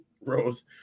Rose